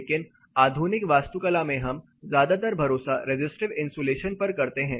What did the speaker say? लेकिन आधुनिक वास्तुकला में हम ज्यादातर भरोसा रिज़िस्टिव इन्सुलेशन पर करते हैं